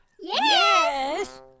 Yes